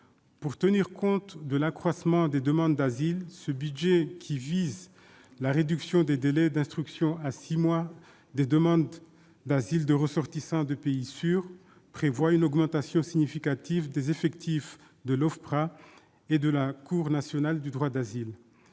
Pour tenir compte de l'accroissement des demandes d'asile, ce budget, qui vise la réduction des délais d'instruction à six mois des demandes d'asile de ressortissants de pays sûrs, prévoit une augmentation significative des effectifs de l'Ofpra et de la Cour nationale du droit d'asile.